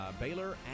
Baylor